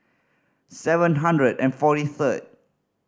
seven hundred and forty third